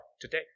today